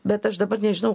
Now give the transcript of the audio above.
bet aš dabar nežinau